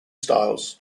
styles